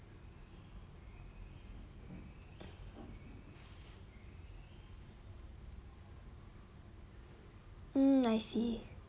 mm I see